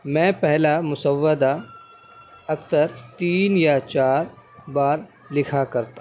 میں پہلا مسودہ اکثر تین یا چار بار لکھا کرتا